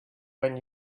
when